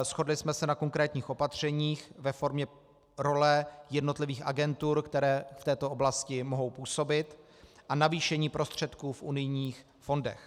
Shodli jsme se na konkrétních opatřeních ve formě role jednotlivých agentur, které v této oblasti mohou působit, a navýšení prostředků v unijních fondech.